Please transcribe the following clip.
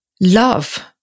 love